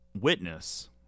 Witness